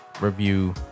review